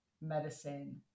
medicine